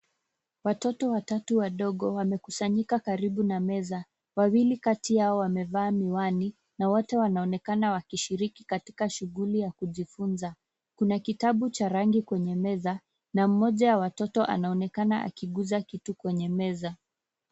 Watoto watatu wadogo wamekusanyika karibu na meza. Wawili kati yao wamevaa miwani na wote wanaonekana wakishiriki katika shughuli ya kujifunza. Kuna kitabu cha rangi kwenye meza na mmoja wa watoto anaonekana akiguza kitu kwenye meza.